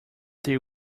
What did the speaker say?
they